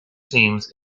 teams